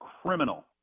criminal